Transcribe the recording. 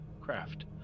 Craft